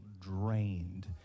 drained